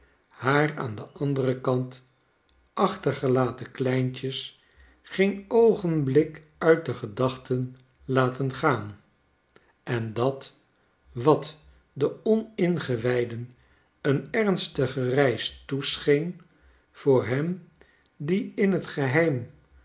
haar aan den anderen kant achtergelaten kleintjes geen oogenblik uit de gedachten laten gaan en dat wat den oningewijden een ernstige reis toescheen voor hen die in t geheim